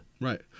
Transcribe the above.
right